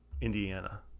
Indiana